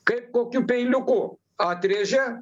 kaip kokiu peiliuku atrėžia